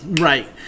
Right